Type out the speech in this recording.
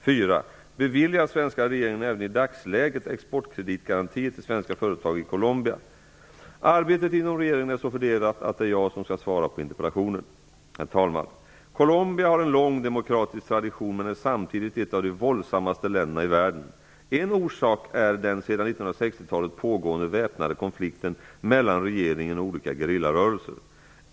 4.Beviljar svenska regeringen även i dagsläget exportkreditgarantier till svenska företag i Colombia? Arbetet inom regeringen är så fördelat att det är jag som skall svara på interpellationen. Herr talman! Colombia har en lång demokratisk tradition men är samtidigt ett av de våldsammaste länderna i världen. En orsak är den sedan 1960 talet pågående väpnade konflikten mellan regeringen och olika gerillarörelser.